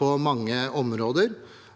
på mange områder